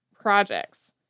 projects